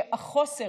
שהחוסר,